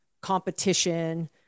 competition